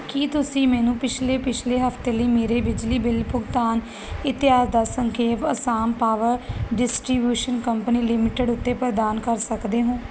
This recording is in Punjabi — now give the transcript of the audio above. ਕੀ ਤੁਸੀਂ ਮੈਨੂੰ ਪਿਛਲੇ ਪਿਛਲੇ ਹਫ਼ਤੇ ਲਈ ਮੇਰੇ ਬਿਜਲੀ ਬਿੱਲ ਭੁਗਤਾਨ ਇਤਿਹਾਸ ਦਾ ਸੰਖੇਪ Assam power distribution company limited ਉੱਤੇ ਪ੍ਰਦਾਨ ਕਰ ਸਕਦੇ ਹੋ